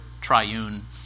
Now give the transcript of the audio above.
triune